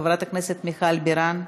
חברת הכנסת מיכל בירן,